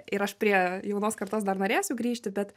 ir aš prie jaunos kartos dar norėsiu grįžti bet